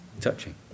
Touching